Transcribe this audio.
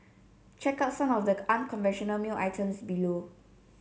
check out some of the unconventional mail items below